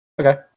Okay